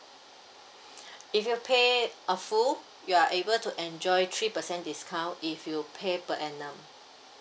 if you pay uh full you are able to enjoy three percent discount if you pay per annum